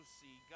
see